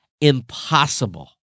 impossible